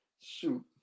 Shoot